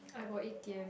I got A_T_M